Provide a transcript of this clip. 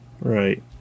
Right